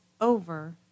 over